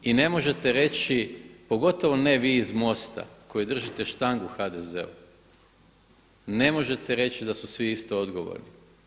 I ne možete reći, pogotovo ne vi iz MOST-a koji držite štangu HDZ-u, ne možete reći da su svi isto odgovorni.